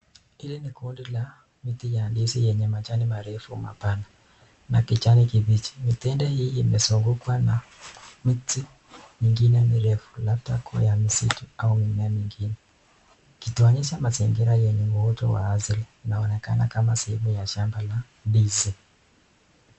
Hili ni kundi la miti ya ndizi yenye majani marefu mapana na kijani kibichi. Mitende hii imezungukwa na miti mingine mirefu labda kua ya misitu au mimea mingine. Ikituonyesha mazingira yenye muundo wa asli, inakuonekana kama sehemu ya shamba ya ndizi.